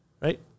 right